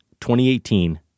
2018